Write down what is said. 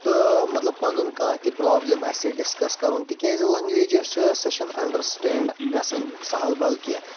تہٕ مطلب پَنُن کانٛہہ تہِ پروبلِم اَسہِ سۭتۍ ڈِسکس کرُن تِکیٚازِ لیٚنٛگویج یۄس چھےٚ سۄ چھےٚ نہٕ انڈرسٹینڈ گژھان سہل بل کیٚنٛہہ